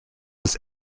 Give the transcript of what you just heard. its